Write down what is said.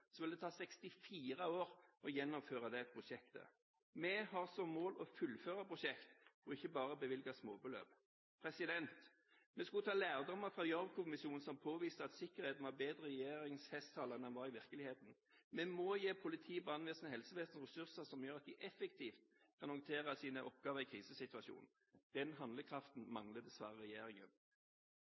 vil det ta 64 år å gjennomføre det prosjektet. Vi har som mål å fullføre prosjekt – ikke bare bevilge småbeløp. Vi skulle ta lærdom fra Gjørv-kommisjonen, som påviste at sikkerheten var bedre i regjeringens festtaler enn den var i virkeligheten. Vi må gi politiet, brannvesenet og helsevesenet ressurser som gjør at de effektivt kan håndtere sine oppgaver i krisesituasjonen. Den handlekraften mangler dessverre regjeringen.